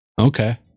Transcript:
Okay